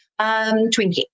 Twinkie